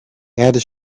add